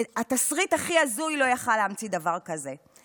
התסריט הכי הזוי לא יכול היה להמציא דבר כזה.